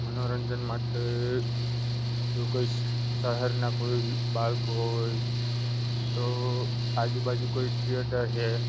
મનોરંજન માટે જો કોઈ શહેરનાં કોઈ બાળકો હોય તો આજુબાજુ કોઈ થિયેટર છે